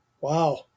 wow